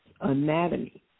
anatomy